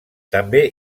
també